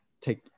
take